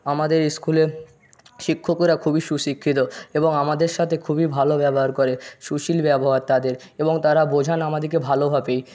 আমাদের ইস্কুলের শিক্ষকরা খুবই সুশিক্ষিত এবং আমাদের সাতে খুবই ভালো ব্যবহার করে সুশীল ব্যবহার তাদের এবং তারা বোঝান আমাদিকে ভালোভাবেই